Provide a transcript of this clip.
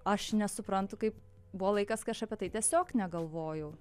aš nesuprantu kaip buvo laikas kai aš apie tai tiesiog negalvojau